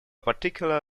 particular